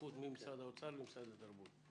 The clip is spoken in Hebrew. הסמכות ממשרד האוצר למשרד התרבות.